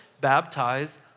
baptize